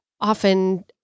often